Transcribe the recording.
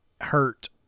hurt